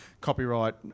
copyright